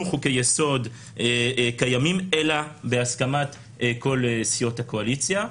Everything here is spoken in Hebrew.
חוקי-יסוד קיימים אלא בהסכמת כל סיעות הקואליציה.